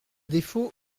défaut